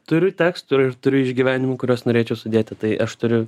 turiu tekstų ir turiu išgyvenimų kuriuos norėčiau sudėt į tai aš turiu